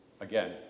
again